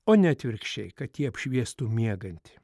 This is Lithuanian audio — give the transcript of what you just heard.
o ne atvirkščiai kad ji apšviestų miegantį